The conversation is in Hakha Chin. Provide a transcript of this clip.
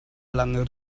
lang